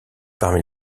parmi